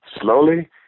slowly